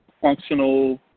functional